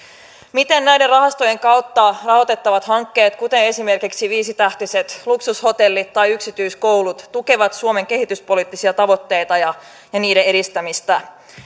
miten näiden rahastojen kautta rahoitettavat hankkeet kuten esimerkiksi viisitähtiset luksushotellit tai yksityiskoulut tukevat suomen kehityspoliittisia tavoitteita ja niiden edistämistä